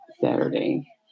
Saturday